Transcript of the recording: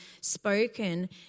spoken